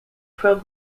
probe